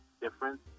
difference